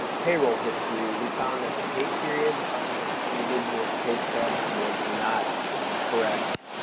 payroll history we found that the pay periods on this individual's pay stubs was not correct.